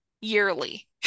yearly